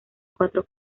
cuatro